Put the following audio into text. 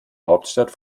hauptstadt